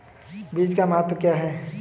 बीज का महत्व क्या है?